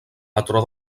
patró